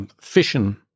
fission